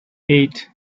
eight